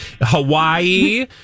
Hawaii